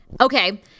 Okay